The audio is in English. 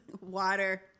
water